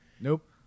Nope